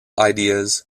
ideas